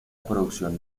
producción